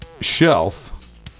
shelf